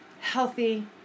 healthy